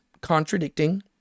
contradicting